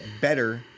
better